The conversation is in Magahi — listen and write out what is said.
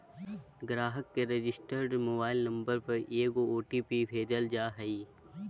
ग्राहक के रजिस्टर्ड मोबाइल नंबर पर एगो ओ.टी.पी भेजल जा हइ